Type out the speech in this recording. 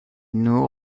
nous